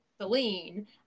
Celine